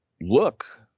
look